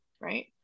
right